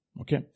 Okay